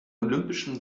olympischen